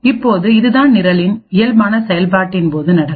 இப்போது இதுதான் நிரலின் இயல்பான செயல்பாட்டின் போது நடக்கும்